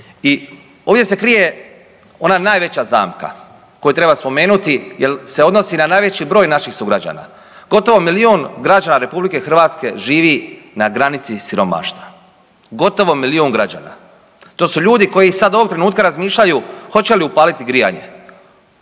I ovdje se krije ona najveća zamka koju treba spomenuti jer se odnosi na najveći broj naših sugrađana. Gotovo milijun građana Republike Hrvatske živi na granici siromaštva, gotovo milijun građana. To su ljudi koji sad ovog trenutka razmišljaju hoće li upaliti grijanje,